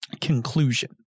conclusion